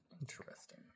Interesting